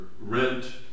rent